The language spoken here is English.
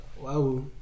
Wow